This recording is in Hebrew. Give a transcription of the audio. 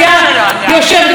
הוא לא אמר את השם שלו.